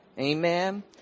Amen